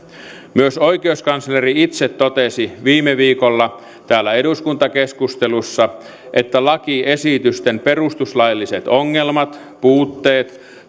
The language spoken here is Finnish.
myös oikeuskansleri itse totesi viime viikolla täällä eduskuntakeskustelussa että lakiesitysten perustuslailliset ongelmat puutteet